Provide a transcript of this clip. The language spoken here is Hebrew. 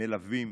מלווים